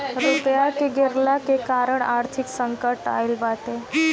रुपया के गिरला के कारण आर्थिक संकट आईल बाटे